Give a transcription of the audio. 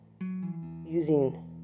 using